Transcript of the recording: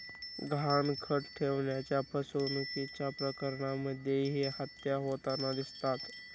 गहाणखत ठेवण्याच्या फसवणुकीच्या प्रकरणांमध्येही हत्या होताना दिसतात